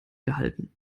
gehalten